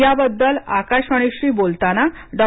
याबद्दल आकाशवाणीशी बोलताना डॉ